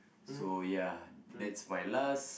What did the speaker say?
so ya that's my last